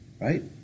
right